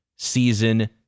season